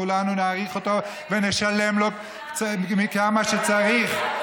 כולנו נעריך אותו ונשלם לו כמה שצריך.